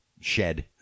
shed